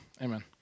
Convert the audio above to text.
Amen